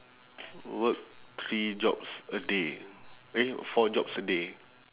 work three jobs a day eh four jobs a day